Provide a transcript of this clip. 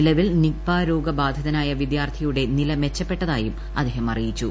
നിലവിൽ നിപ രോഗബാധിതനായി വിദ്യാർത്ഥിയുടെ നില മെച്ചപ്പെട്ടതായും അദ്ദേഹം അറിയിച്ചു